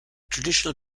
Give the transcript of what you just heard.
traditional